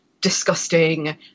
disgusting